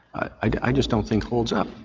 i just don't think holds up.